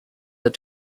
had